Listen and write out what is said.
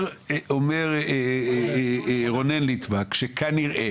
אומר רונן ליטבק שכנראה